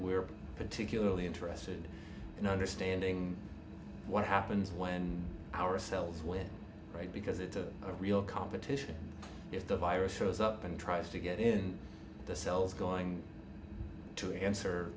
are particularly interested in understanding what happens when ourselves when right because it's a real competition if the virus shows up and tries to get in the cells going to answer